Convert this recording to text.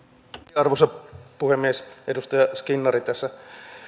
arvoisa puhemies edustaja skinnari tässä